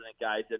guys